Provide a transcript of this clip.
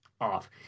off